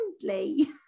friendly